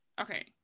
Okay